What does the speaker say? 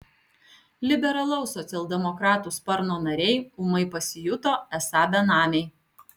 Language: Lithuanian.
liberalaus socialdemokratų sparno nariai ūmai pasijuto esą benamiai